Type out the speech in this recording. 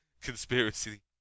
conspiracy